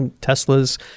Tesla's